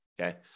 okay